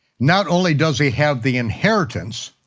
not only does he have the inheritance,